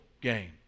game